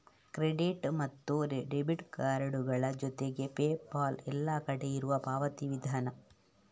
credit ಮತ್ತು debit ಕಾರ್ಡುಗಳ ಜೊತೆಗೆ ಪೇಪಾಲ್ ಎಲ್ಲ ಕಡೆ ಇರುವ ಪಾವತಿ ವಿಧಾನ